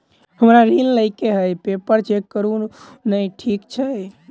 हमरा ऋण लई केँ हय पेपर चेक करू नै ठीक छई?